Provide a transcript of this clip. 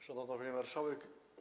Szanowna Pani Marszałek!